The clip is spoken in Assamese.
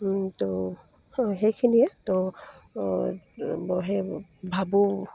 তো সেইখিনিয়ে তো সেই ভাবোঁ